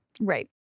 Right